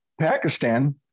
Pakistan